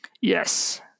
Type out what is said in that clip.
Yes